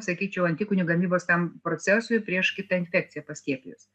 sakyčiau antikūnių gamybos ten procesui prieš kitą infekciją paskiepijus